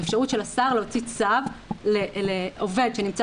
האפשרות של השר להוציא צו לעובד שנמצא